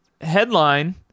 headline